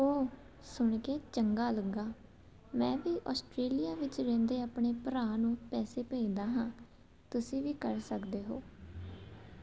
ਓਹ ਸੁਣ ਕੇ ਚੰਗਾ ਲੱਗਾ ਮੈਂ ਵੀ ਓਸਟ੍ਰੇਲੀਆ ਵਿੱਚ ਰਹਿੰਦੇ ਆਪਣੇ ਭਰਾ ਨੂੰ ਪੈਸੇ ਭੇਜਦਾ ਹਾਂ ਤੁਸੀਂ ਵੀ ਕਰ ਸਕਦੇ ਹੋ